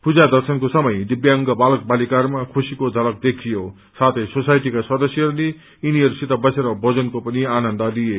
पूजा दर्शनको समय दिब्यांग बालक बालिकाहरूमा खुशीको झलक देखियो साथै सोसाइटीका सदस्यहरूले यिनीहरूसित बसेर भोजनको पनि आनन्द लिए